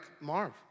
Marv